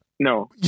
No